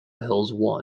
hills